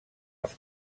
els